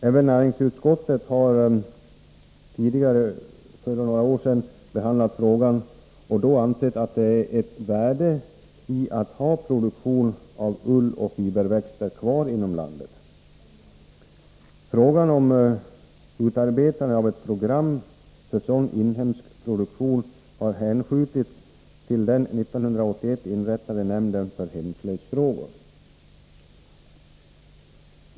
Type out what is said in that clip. Även näringsutskottet har för några år sedan behandlat frågan och då ansett att det ligger ett värde i att ha produktion av ull och fiberväxter kvar inom landet. Frågan om utarbetande av ett program för sådan inhemsk produktion har hänskjutits till den 1981 inrättade nämnden för hemslöjdsfrågor.